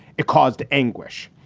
it caused anguish.